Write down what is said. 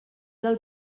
del